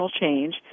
change